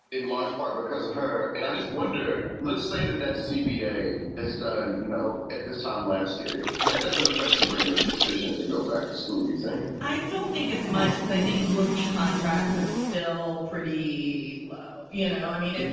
in large part because of her. and i just wonder. let's say that that cba is done. you know, at this time last year. that doesn't affect sabrina's decision to go back to school. you're saying? i don't think as much because i think rookie contracts are still pretty low. you know, i mean, and